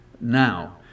now